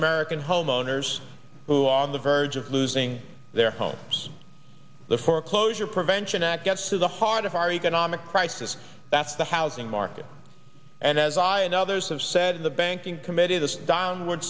american homeowners who are on the verge of losing their homes the foreclosure prevention act gets to the heart of our economic crisis that's the housing market and as i and others have said in the banking committee this downward